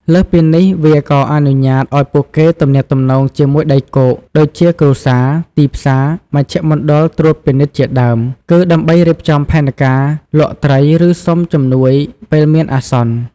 លើសពីនេះ វាក៏អនុញ្ញាតឲ្យពួកគេទំនាក់ទំនងជាមួយដីគោក ដូចជាគ្រួសារ ទីផ្សារ មជ្ឈមណ្ឌលត្រួតពិនិត្យជាដើម គឺដើម្បីរៀបចំផែនការលក់ត្រី ឬសុំជំនួយពេលមានអាសន្ន។